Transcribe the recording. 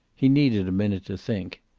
he needed a minute to think.